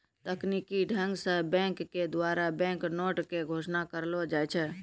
तकनीकी ढंग से बैंक के द्वारा बैंक नोट के घोषणा करलो जाय छै